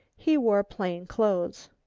he wore plain clothes.